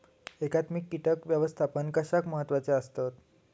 एकात्मिक कीटक व्यवस्थापन कशाक महत्वाचे आसत?